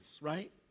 right